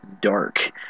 Dark